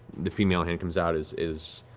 the female hand comes out is is